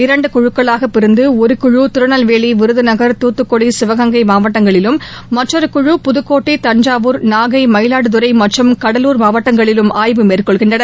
இரண்டு குழுக்களாக பிரிந்து ஒரு குழு திருநெல்வேலி விருதநகர் துத்துக்குடி சிவகங்கை மாவட்டங்களிலும் மற்றொருக்குழு புதக்கோட்டை தஞ்சாவூர் நாகை மயிலாடுதுறை மற்றும் கடலூர் மாவட்டங்களிலும் ஆய்வு மேற்கொள்கின்றனர்